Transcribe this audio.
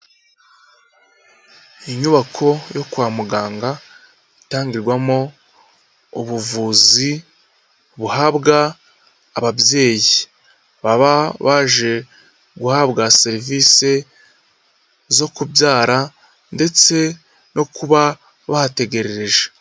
Inyubako yo kwa muganga itangirwamo ubuvuzi buhabwa ababyeyi baba baje guhabwa serivisi zo kubyara ndetse no kuba bahategerereje.